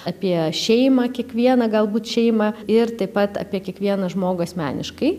apie šeimą kiekvieną galbūt šeimą ir taip pat apie kiekvieną žmogų asmeniškai